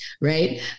Right